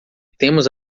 temos